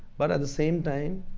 but at the same time,